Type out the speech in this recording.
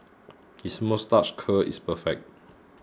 his moustache curl is perfect